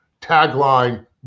tagline